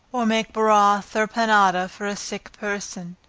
or make broth or panada for a sick person.